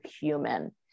human